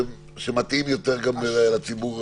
שזה מתאים יותר לציבור